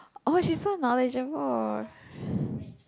oh she so knowledgeable